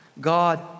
God